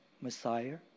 Messiah